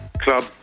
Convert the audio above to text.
club